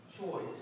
choice